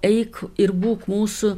eik ir būk mūsų